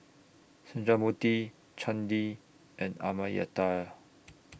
Sundramoorthy Chandi and Amartya